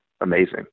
amazing